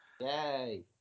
Yay